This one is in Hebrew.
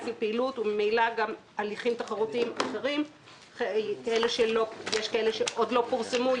לפעילות וממילא גם הליכים תחרותיים אחרים יש כאלה שלא פורסמו,